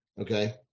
okay